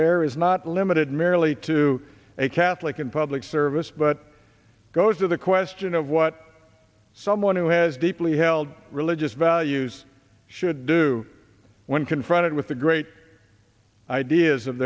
there is not limited merely to a catholic and public service but goes to the question of what someone who has deeply held religious values should do when confronted with the great ideas of